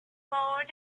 boy